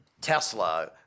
Tesla